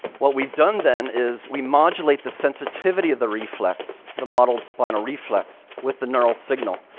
what we've done, then, is we modulate the sensitivity of the reflex, the modeled spinal reflex, with the neural signal,